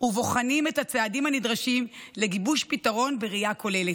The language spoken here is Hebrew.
ובוחנים את הצעדים הנדרשים לגיבוש פתרון בראייה כוללת.